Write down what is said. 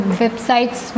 websites